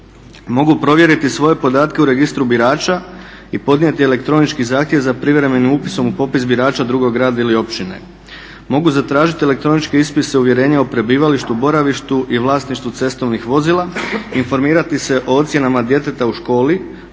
Mogu provjeriti svoje podatke u registru birača i podnijeti elektronički zahtjev za privremenim upisom u popis birača drugog grada ili općine. Mogu zatražiti elektroničke ispise uvjerenja o prebivalištu, boravištu i vlasništvu cestovnih vozila, informirati se o ocjenama djeteta u školi,